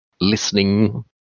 listening